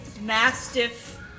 mastiff